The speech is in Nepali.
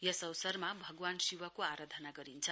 यस अवसरमा भगवान शिवको आराधना गरिन्छ